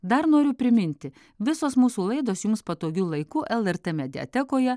dar noriu priminti visos mūsų laidos jums patogiu laiku lrt mediatekoje